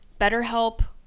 BetterHelp